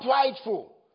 prideful